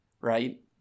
right